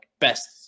best